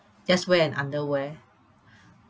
just wear an underwear